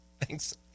Thanks